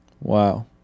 Wow